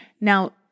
Now